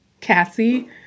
Cassie